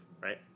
right